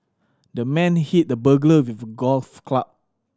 the man hit the burglar with a golf club